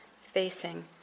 facing